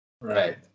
Right